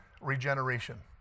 regeneration